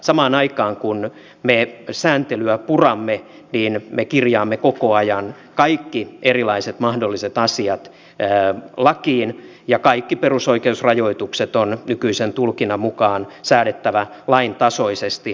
samaan aikaan kun me sääntelyä puramme me kirjaamme koko ajan kaikki erilaiset mahdolliset asiat lakiin ja kaikki perusoikeusrajoitukset on nykyisen tulkinnan mukaan säädettävä lain tasoisesti